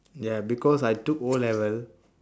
ya because I took o-level